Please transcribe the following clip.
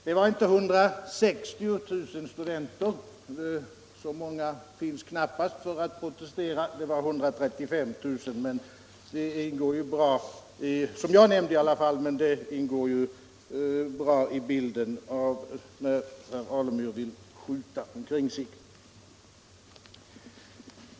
Det var inte 160 000 studenter — så många finns knappast för att protestera — utan 135 000 som jag nämnde. Men den överdriften passar ju bra in i bilden när herr Alemyr vill skjuta omkring sig.